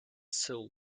soul